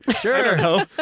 Sure